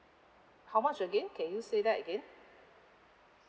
how much again can you say that again